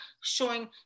showing